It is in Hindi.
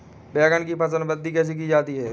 बैंगन की फसल में वृद्धि कैसे की जाती है?